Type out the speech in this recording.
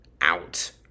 out